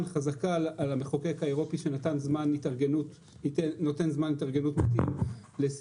חזקה על המחוקק האירופי שנתן זמן להתארגנות נותן זמן להתארגנות לסימון